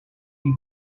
will